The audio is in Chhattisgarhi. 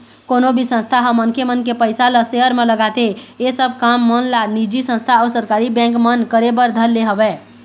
कोनो भी संस्था ह मनखे मन के पइसा ल सेयर म लगाथे ऐ सब काम मन ला निजी संस्था अऊ सरकारी बेंक मन करे बर धर ले हवय